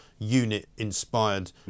unit-inspired